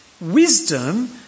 wisdom